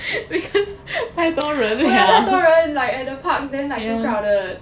oh ya 太多人 like at the parks then like too crowded